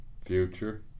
future